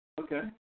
Okay